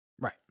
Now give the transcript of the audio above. Right